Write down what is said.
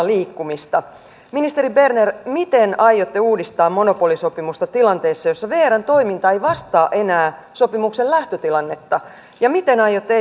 liikkumista ministeri berner miten aiotte uudistaa monopolisopimusta tilanteessa jossa vrn toiminta ei vastaa enää sopimuksen lähtötilannetta ja miten aiotte